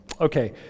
Okay